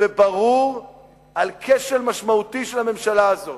וברור על כשל משמעותי של הממשלה הזאת.